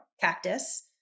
cactus